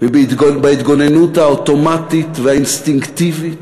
ובהתגוננות האוטומטית והאינסטינקטיבית,